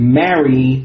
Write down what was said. marry